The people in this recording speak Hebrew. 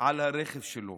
על הרכב שלו.